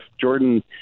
Jordan